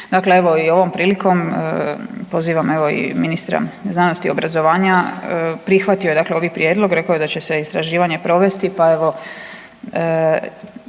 Dakle, evo i ovom prilikom pozivam ministra znanosti i obrazovanja prihvatio je ovaj prijedlog, rekao je da će se istraživanje provesti pa evo